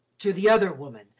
to the other woman,